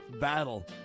battle